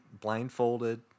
blindfolded